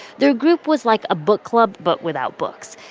their group was like a book club but without books.